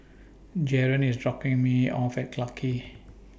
Jaren IS dropping Me off At Clarke Quay